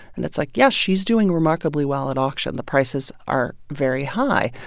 and it's like, yes, she's doing remarkably well at auction. the prices are very high.